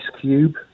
Cube